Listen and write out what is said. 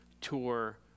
tour